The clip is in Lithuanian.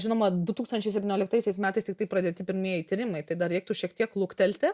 žinoma du tūkstančiai septynioliktais metais tiktai pradėti pirmieji tyrimai tai dar reiktų šiek tiek luktelti